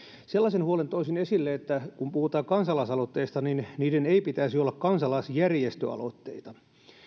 sellaisen huolen toisin esille että kun puhutaan kansalaisaloitteista niin niiden ei pitäisi olla kansalaisjärjestöaloitteita